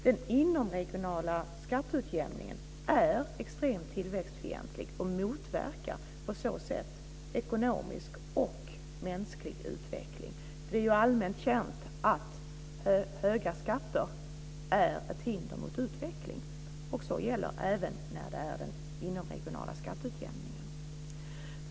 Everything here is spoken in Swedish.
Den inomregionala skatteutjämningen är extremt tillväxtfientlig och motverkar på så sätt ekonomisk och mänsklig utveckling. Det är allmänt känt att höga skatter är ett hinder mot utveckling, och så gäller även när det är den inomregionala skatteutjämningen.